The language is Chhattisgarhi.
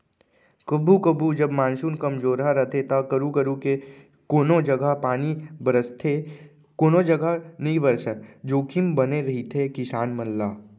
कभू कभू जब मानसून कमजोरहा रथे तो करू करू के कोनों जघा पानी बरसथे कोनो जघा नइ बरसय जोखिम बने रहिथे किसान मन ला